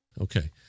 Okay